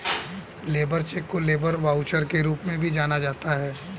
labour cheque को labour voucher के रूप में भी जाना जाता है